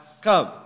come